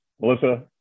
Melissa